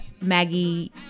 Maggie